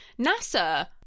NASA